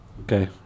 Okay